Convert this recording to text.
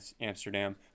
Amsterdam